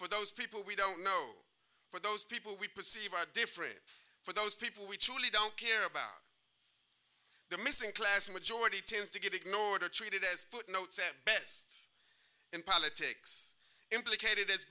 for those people we don't know for those people we perceive are different for those people we truly don't care about the missing class majority tend to get ignored or treated as footnotes bests in politics implicated as